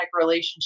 relationship